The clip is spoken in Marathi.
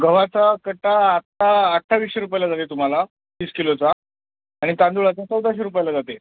गव्हाचा कट्टा आता अठ्ठावीशे रुपयाला जाते तुम्हाला तीस किलोचा आणि तांदूळाचा चौदाशे रुपयाला जाते